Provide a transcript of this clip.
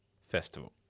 festival